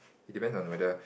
it depends on the weather